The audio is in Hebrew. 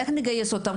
איך נגייס אותם?